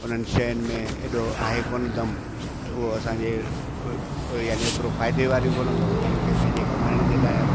उन्हनि शयुनि में हेॾो आहे कोन दम उहो असांजे उहा यानी एतिरो फ़ाइदे वारी कोननि भाई उन्हनि खे पंहिंजे कमाइण जे लाइ